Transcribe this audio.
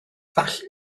felly